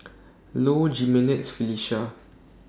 Low Jimenez Felicia